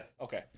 Okay